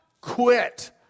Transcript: quit